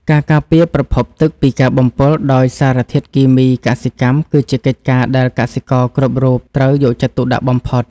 ការការពារប្រភពទឹកពីការបំពុលដោយសារធាតុគីមីកសិកម្មគឺជាកិច្ចការដែលកសិករគ្រប់រូបត្រូវយកចិត្តទុកដាក់បំផុត។